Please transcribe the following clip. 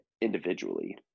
individually